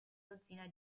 dozzina